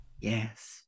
Yes